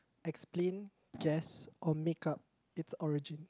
explain guess or make up its origin